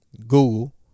Google